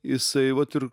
jisai vat ir